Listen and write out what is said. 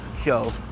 show